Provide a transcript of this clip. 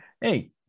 Hey